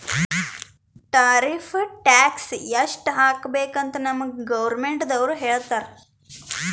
tariff tax ಎಸ್ಟ್ ಹಾಕಬೇಕ್ ಅಂತ್ ನಮ್ಗ್ ಗೌರ್ಮೆಂಟದವ್ರು ಹೇಳ್ತರ್